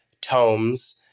tomes